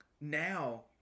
now